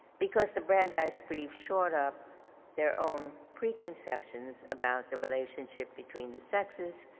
because the brandeis brief shored up their own preconceptions about the relationship between the sexes?